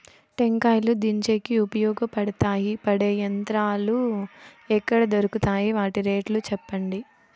టెంకాయలు దించేకి ఉపయోగపడతాయి పడే యంత్రాలు ఎక్కడ దొరుకుతాయి? వాటి రేట్లు చెప్పండి?